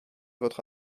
votre